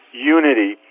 unity